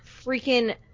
freaking